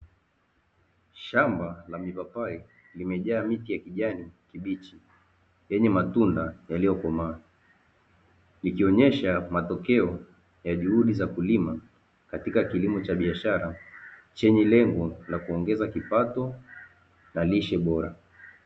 Shamba la mipapai limejaa miche ya kijani kibichi yenye matunda yaliyokomaa, ikionyesha matokeo ya juhudi za kulima katika kilimo cha biashara chenye lengo la kuongeza kipato na lishe bora.